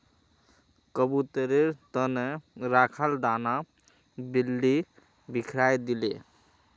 कबूतरेर त न रखाल दाना बिल्ली बिखरइ दिले